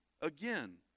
again